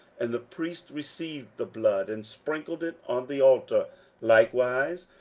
and the priests received the blood, and sprinkled it on the altar likewise,